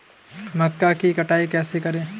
मक्का की कटाई कैसे करें?